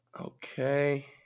Okay